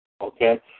Okay